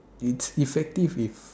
it's effective if